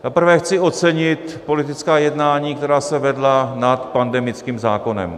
Za prvé chci ocenit politická jednání, která se vedla nad pandemickým zákonem.